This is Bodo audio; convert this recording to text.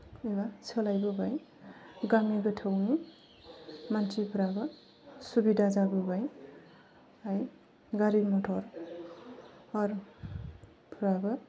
एबा सोलायबोबाय गामि गोथौनि मानसिफोराबो सुबिदा जाबोबाय गारि मथरफ्राबो